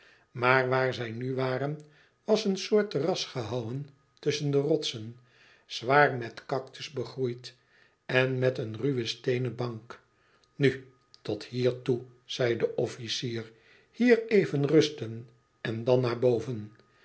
maar waar zij nu waren was een soort terras gehouwen tusschen de rotsen zwaar met cactus begroeid en met een ruwe steenen bank nu tot hier toe zei de officier hier even rusten en dan naar boven